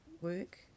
work